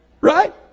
Right